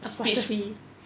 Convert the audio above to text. space fee